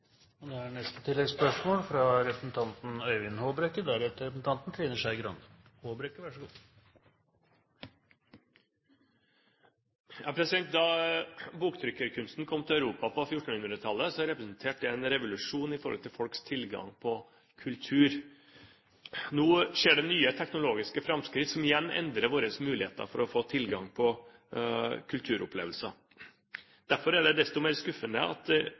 Øyvind Håbrekke – til oppfølgingsspørsmål. Da boktrykkerkunsten kom til Europa på 1400-tallet, representerte den en revolusjon i forhold til folks tilgang på kultur. Nå skjer det nye teknologiske framskritt som igjen endrer våre muligheter for å få tilgang på kulturopplevelser. Derfor er det desto mer skuffende at